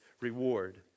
reward